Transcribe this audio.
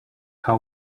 how